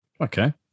Okay